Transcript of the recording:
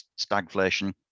stagflation